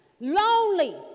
lonely